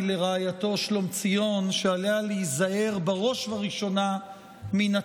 לרעייתו שלומציון: עליה להיזהר בראש ובראשונה מן הצבועים.